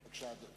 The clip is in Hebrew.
בבקשה, אדוני.